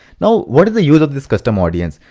now what are the use of this custom audience.